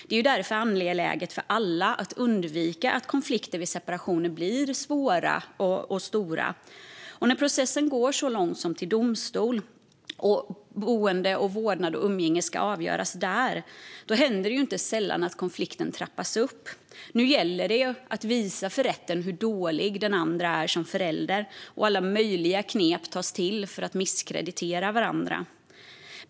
Det är därför angeläget för alla att undvika att konflikter vid separationer blir svåra och stora. När processen går så långt som till domstol och boende, vårdnad, och umgänge ska avgöras där händer det inte sällan att konflikten trappas upp. Nu gäller det att visa för rätten hur dålig den andra är som förälder, och alla möjliga knep tas till för att misskreditera varandra.